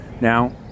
Now